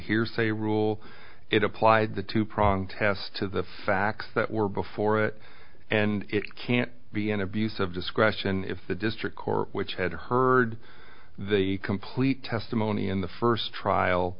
hearsay rule it applied the two prong test to the facts that were before it and it can't be an abuse of discretion if the district court which had heard the complete testimony in the first trial